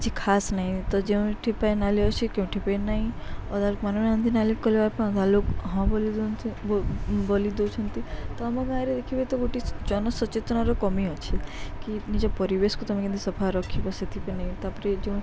କିଛି ଖାସ୍ ନାହିଁ ତ ଯେଉଁଠି ନାଲି ଅଛି କେଉଁଠି ନାଇଁ ଅଧା ମନେନାହାନ୍ତି ନାଲି କଲ ପାଇଁ ଅଧା ଲୋକ ହଁ ବୋଲି ଦଉନ୍ତି ବୋଲି ଦଉଛନ୍ତି ତ ଆମ ଗାଁରେ ଦେଖିବେ ତ ଗୋଟିଏ ଜନସଚେତନର କମି ଅଛି କି ନିଜ ପରିବେଶକୁ ତମେ କେମିତି ସଫା ରଖିବ ସେଥିପାଇଁ ତାପରେ ଯେଉଁ